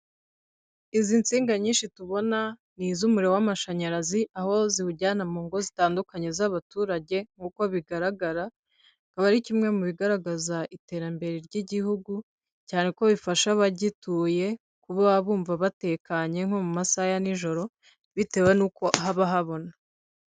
Izi nsinga nyinshi tubona ni iz'umuriro w'amashanyarazi aho ziwujyana mu ngo zitandukanye z'abaturage nk'uko bigaragaraba, akaba ari kimwe mu bigaragaza iterambere ry'igihugu cyane ko bifasha abagituye kuba bumva batekanye nko mu masaha ya n'ijoro bitewe n'uko haba habona.